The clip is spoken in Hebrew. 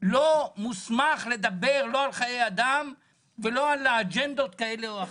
הוא לא מוסמך לדבר לא על חיי אדם ולא על אג'נדות כאלה ואחרות.